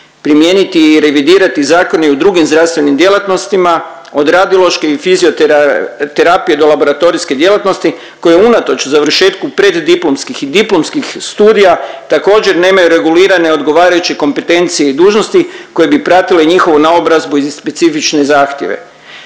primijeniti i revidirati zakon i u drugim zdravstvenim djelatnostima, od radiološke i fizioterapije do laboratorijske djelatnosti koja je unatoč završetku preddiplomskih i diplomskih studija također, nemaju regulirane odgovarajuće kompetencije i dužnosti koje bi pratile njihovu naobrazbu i specifične zahtjeve.